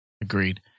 Agreed